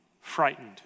frightened